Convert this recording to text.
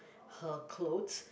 her cloth